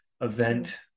event